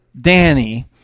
Danny